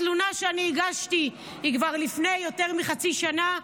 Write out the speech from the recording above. התלונה שהגשתי היא כבר לפני יותר מחצי שנה.